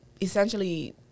essentially